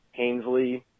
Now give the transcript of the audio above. Hainsley